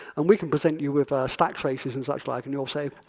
and we can present you with stack traces and such like, and you'll say, ah,